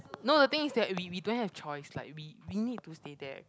no the thing is that we we don't have choice like we we need to stay there